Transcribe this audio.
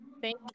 Thank